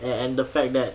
a~ and the fact that